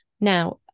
Now